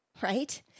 right